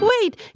Wait